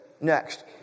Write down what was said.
Next